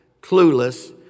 clueless